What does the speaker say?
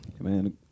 Man